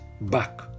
back